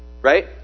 right